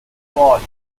suoli